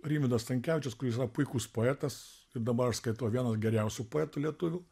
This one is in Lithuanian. rimvydas stankevičius kuris yra puikus poetas ir dabar aš skaitau vienas geriausių poetų lietuvių